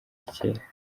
kera